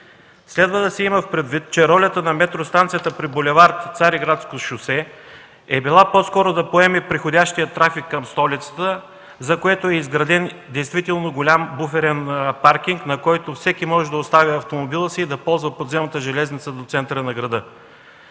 Следва да се има предвид, че ролята на метростанцията при бул. „Цариградско шосе” е била по-скоро да поеме приходящия трафик към столицата, за което е изграден голям буферен паркинг, на който всеки може да оставя автомобила си и да ползва подземната железница до центъра на града.